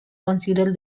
considers